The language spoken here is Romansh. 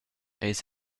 eis